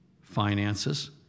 finances